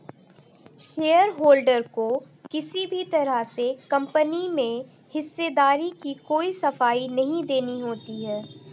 shareholder को किसी भी तरह से कम्पनी में हिस्सेदारी की कोई सफाई नहीं देनी होती है